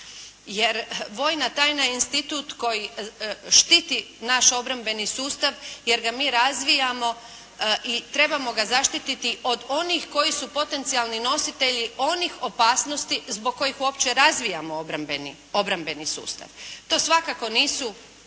Jer vojna tajna je institut koji štiti naš obrambeni sustav jer ga mi razvijamo i trebamo ga zaštiti od onih koji su potencijalni nositelji onih opasnosti zbog kojih uopće razvijamo obrambeni sustav. To svakako nisu